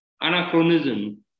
anachronism